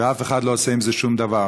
ואף אחד לא עושה עם זה שום דבר.